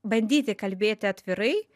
bandyti kalbėti atvirai